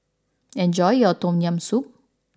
enjoy your Tom Yam Soup